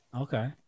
Okay